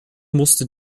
musste